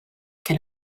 can